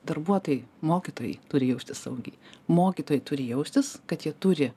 darbuotojai mokytojai turi jaustis saugiai mokytojai turi jaustis kad jie turi